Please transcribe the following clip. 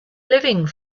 living